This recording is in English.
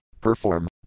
perform